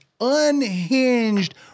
unhinged